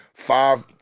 five